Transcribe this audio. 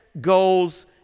goals